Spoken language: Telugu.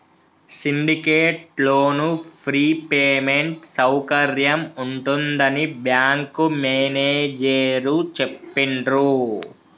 సిండికేట్ లోను ఫ్రీ పేమెంట్ సౌకర్యం ఉంటుందని బ్యాంకు మేనేజేరు చెప్పిండ్రు